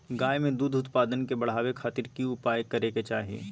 गाय में दूध उत्पादन के बढ़ावे खातिर की उपाय करें कि चाही?